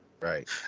right